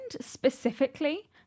specifically